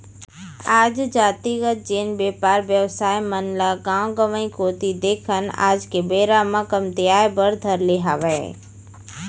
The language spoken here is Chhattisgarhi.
आज जातिगत जेन बेपार बेवसाय मन ल गाँव गंवाई कोती देखन आज के बेरा म कमतियाये बर धर ले हावय